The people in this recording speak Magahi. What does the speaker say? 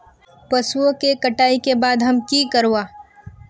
पशुओं के कटाई के बाद हम की करवा?